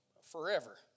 forever